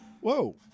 Whoa